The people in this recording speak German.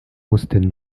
mussten